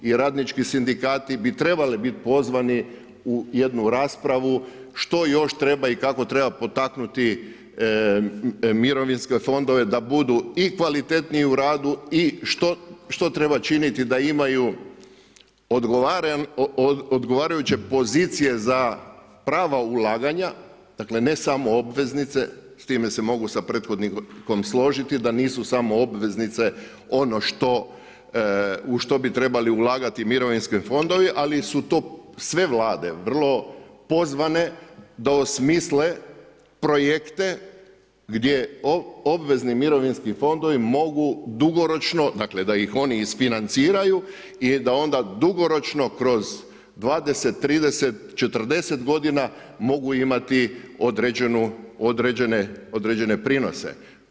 I radnički sindikati bi trebali biti pozvani u jednu raspravu što još treba i kako treba potaknuti mirovinske fondove da budu i kvalitetniji u radu i što treba činiti da imaju odgovarajuće pozicije za prava ulaganja, dakle ne samo obveznice, s time se mogu sa prethodnikom složiti da nisu samo obveznice ono u što bi trebali ulagati mirovinski fondovi, ali su to sve vlade vrlo pozvane da osmisle projekte gdje obvezni mirovinski fondovi mogu dugoročno, dakle da ih oni isfinanciraju i da onda dugoročno kroz 20, 30, 40 godina mogu imati određene prinose.